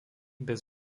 bez